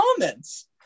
comments